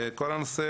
כל הנושא,